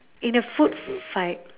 in a food fight